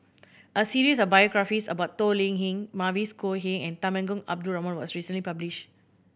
a series of biographies about Toh Liying Mavis Khoo Oei and Temenggong Abdul Rahman was recently published